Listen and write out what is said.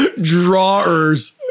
Drawers